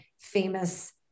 famous